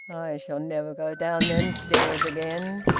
shall never go down them stairs again.